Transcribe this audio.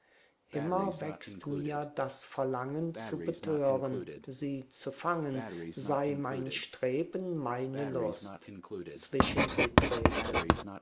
immer wächst mir das verlangen zu betören sie zu fangen sei mein streben meine lust zwischen sie tretend